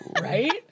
Right